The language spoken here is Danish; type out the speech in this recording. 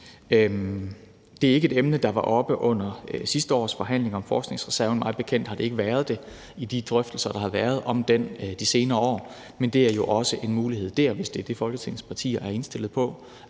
Det er ikke et emne, der var oppe under sidste års forhandlinger om forskningsreserven, og mig bekendt har det ikke været det i de drøftelser, der har været om den de senere år, men det er jo også en mulighed der, hvis det er det, Folketingets partier er indstillet på,